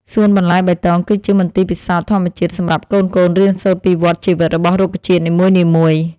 សួនបន្លែបៃតងគឺជាមន្ទីរពិសោធន៍ធម្មជាតិសម្រាប់កូនៗរៀនសូត្រពីវដ្តជីវិតរបស់រុក្ខជាតិនីមួយៗ។